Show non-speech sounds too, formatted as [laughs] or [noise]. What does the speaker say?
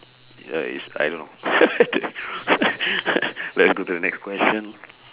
uh it's I don't know [laughs] let's go to the next question